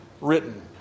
written